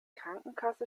krankenkasse